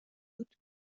بود